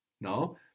No